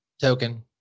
Token